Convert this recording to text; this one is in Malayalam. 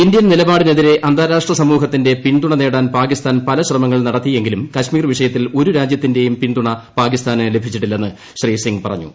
ഇന്ത്യൻ നിലപാടിനെതിരെ അന്താരാഷ്ട്ര സമൂഹത്തിന്റെ പിന്തുണ നേടാൻ പാകിസ്ഥാൻ പല ശ്രമങ്ങൾ നടത്തിയെങ്കിലും കശ്മീർ വിഷയത്തിൽ ഒരു രാജ്യത്തിന്റേയും പിന്തുണ പാകിസ്ഥാന് ലഭിച്ചിട്ടില്ലെന്നും ശ്രീ സിങ് പറഞ്ഞു